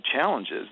challenges